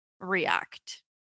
react